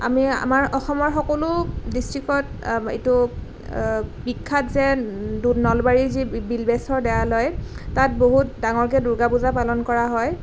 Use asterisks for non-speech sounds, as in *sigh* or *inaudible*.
আমি আমাৰ অসমৰ সকলো ডিষ্ট্ৰিক্টত এইটো বিখ্যাত যে *unintelligible* নলবাৰী যে বিল্বেশ্বৰ দেৱালয় তাত বহুত ডাঙৰকৈ দুৰ্গা পূজা পালন কৰা হয়